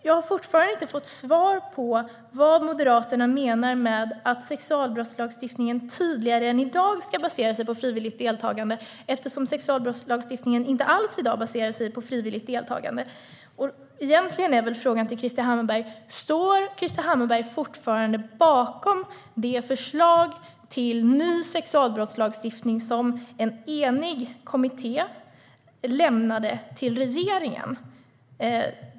Jag har fortfarande inte fått svar på vad Moderaterna menar med att sexualbrottslagstiftningen tydligare än i dag ska basera sig på frivilligt deltagande. Sexualbrottslagstiftningen i dag baserar sig ju inte alls på frivilligt deltagande. Egentligen är väl frågan till Krister Hammarbergh: Står Krister Hammarbergh fortfarande bakom det förslag till ny sexualbrottslagstiftning som en enig kommitté lämnade till regeringen?